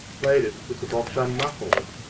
played it with the box unmuffled,